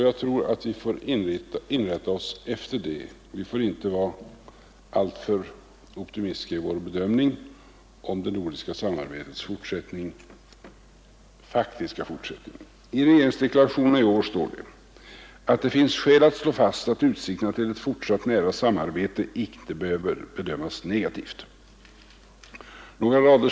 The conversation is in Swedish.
Jag tror att vi får inrätta oss efter det och inte vara alltför optimistiska i vår bedömning av det nordiska samarbetets faktiska fortsättning. I regeringsdeklarationen i år står det: ”Det finns emellertid skäl att slå fast att utsikterna till ett fortsatt nära samarbete inte behöver bedömas negativt.